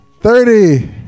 Thirty